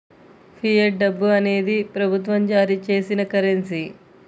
fiat డబ్బు అనేది ప్రభుత్వం జారీ చేసిన కరెన్సీ